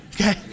Okay